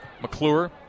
McClure